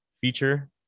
feature